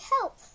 help